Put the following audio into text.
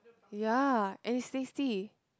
ya and it's safety